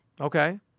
Okay